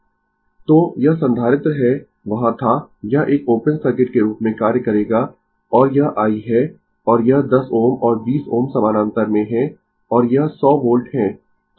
Refer Slide Time 0343 तो यह संधारित्र है वहाँ था यह एक ओपन सर्किट के रूप में कार्य करेगा और यह i है और यह 10 Ω और 20 Ω समानांतर में है और यह 100 वोल्ट है